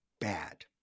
bad